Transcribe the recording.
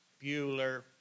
Bueller